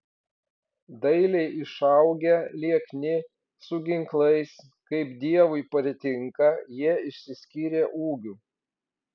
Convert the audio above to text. dailiai išaugę liekni su ginklais kaip dievui pritinka jie išsiskyrė ūgiu